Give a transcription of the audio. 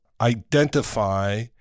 identify